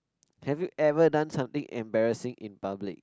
have you ever done something embarrassing in public